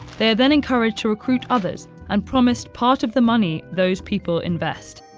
they are then encouraged to recruit others and promised part of the money those people invest,